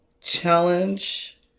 Challenge